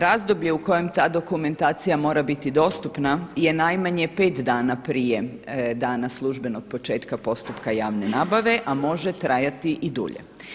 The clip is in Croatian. Razdoblje u kojem ta dokumentacija mora biti dostupna je najmanje pet dana prije dana službenog početka postupka javne nabave, a m ože trajati i dulje.